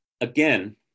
Again